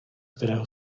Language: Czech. kterého